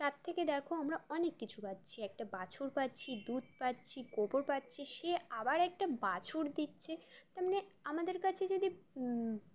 তার থেকে দেখো আমরা অনেক কিছু পাচ্ছি একটা বাছর পাচ্ছি দুধ পাচ্ছি গোবর পাচ্ছি সে আবার একটা বাছর দিচ্ছে আমাদের কাছে যদি